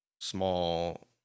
small